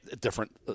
different